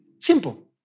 Simple